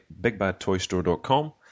BigBadToyStore.com